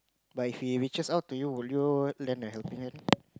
but if he reaches out to you would you lend a helping hand